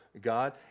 God